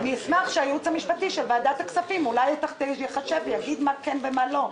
אני אשמח שהייעוץ המשפטי של ועדת הכספים ייחשב ויגיד מה כן ומה לא.